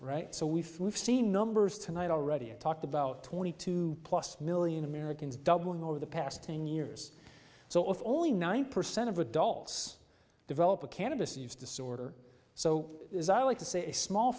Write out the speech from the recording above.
right so we feel we've seen numbers tonight already talked about twenty two plus million americans doubling over the past ten years so if only nine percent of adults develop a can of this use disorder so as i like to say a small